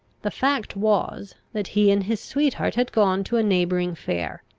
the fact was, that he and his sweetheart had gone to a neighbouring fair,